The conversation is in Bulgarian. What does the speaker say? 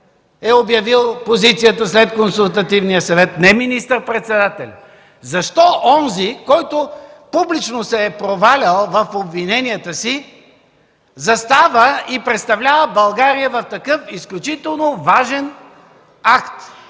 е обявил позицията след Консултативния съвет, не министър-председателят. Защо онзи, който публично се е провалял в обвиненията си, застава и представлява България в такъв изключително важен акт?